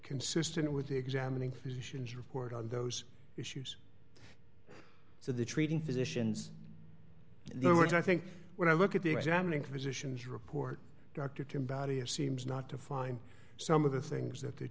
consistent with the examining physicians report on those issues so the treating physicians their words i think when i look at the examining physicians report doctor to embody or seems not to find some of the things that they're